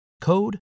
code